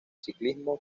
ciclismo